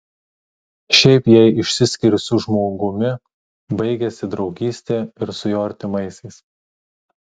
šiaip jei išsiskiri su žmogumi baigiasi draugystė ir su jo artimaisiais